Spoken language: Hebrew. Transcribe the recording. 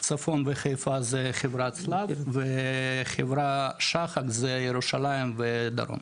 צפון וחיפה זה חברת שלו וחברת שחק זה ירושלים ודרום.